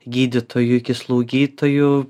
gydytojų iki slaugytojų